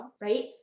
right